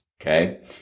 okay